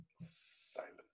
silent